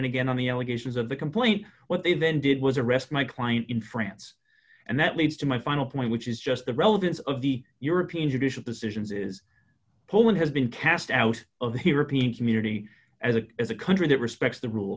and again on the allegations of the complaint what they then did was arrest my client in france and that leads to my final point which is just the relevance of the european judicial decisions is pullman has been cast out of he repeats immunity as it is a country that respects the rule